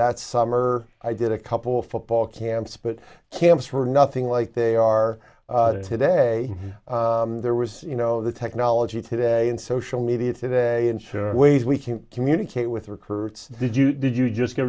that summer i did a couple football camps but camps were nothing like they are today there was you know the technology today in social media today and ways we can't communicate with recruits did you did you just get